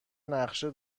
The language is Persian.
نقشه